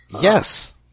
Yes